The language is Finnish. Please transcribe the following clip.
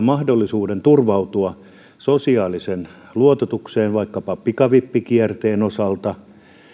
mahdollisuuden turvautua sosiaaliseen luototukseen vaikkapa pikavippikierteen osalta